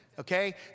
Okay